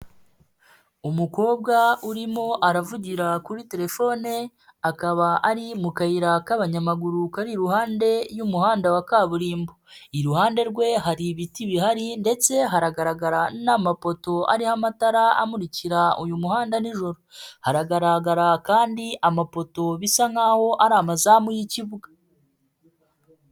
Umukobwa urimo aravugira kuri telefone akaba ari mu kayira k'abanyamaguru kari iruhande y'umuhanda wa kaburimbo, iruhande rwe hari ibiti bihari ndetse haragaragara n'amapoto ariho amatara amurikira uyu muhanda nijoro, hagaragara kandi amafoto bisa nk'aho ari amazamu y'ikibuga.